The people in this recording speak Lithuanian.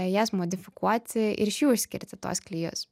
jas modifikuoti ir iš jų išskirti tuos klijus